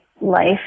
life